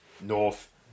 North